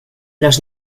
los